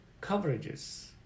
coverages